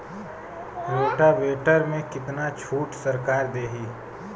Rotavator में कितना छूट सरकार देही?